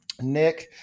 Nick